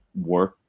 work